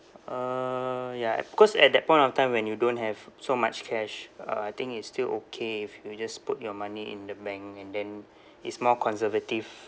uh ya because at that point of time when you don't have so much cash uh I think it's still okay if you just put your money in the bank and then it's more conservative